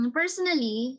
personally